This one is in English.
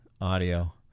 audio